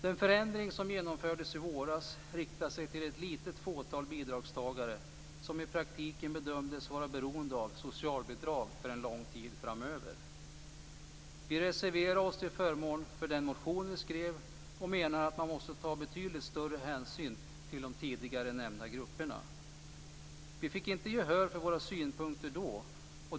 Den förändring som genomfördes i våras riktar sig till ett litet fåtal bidragstagare som i praktiken bedömts vara beroende av socialbidrag för en lång tid framöver. Vi reserverade oss till förmån för den motion som vi hade skrivit och menade att man måste ta betydligt större hänsyn till tidigare nämnda grupper. Vi fick inte gehör för våra synpunkter då.